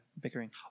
Bickering